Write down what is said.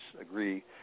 agree